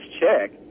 check